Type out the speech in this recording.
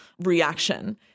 reaction –